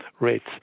Rates